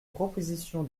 proposition